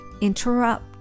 interrupt